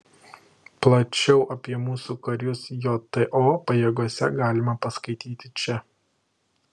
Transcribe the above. plačiau apie mūsų karius jto pajėgose galima paskaityti čia